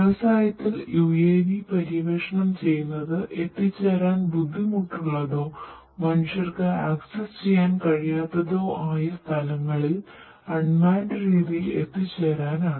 വ്യവസായത്തിൽ UAV പര്യവേഷണം ചെയ്യുന്നത് എത്തിച്ചേരാൻ ബുദ്ധിമുട്ടുള്ളതോ മനുഷ്യർക്ക് ആക്സസ് ചെയ്യാൻ കഴിയാത്തതോ ആയ സ്ഥലങ്ങളിൽ അൺമാൻഡ് രീതിയിൽ എത്തിച്ചേരാനാണ്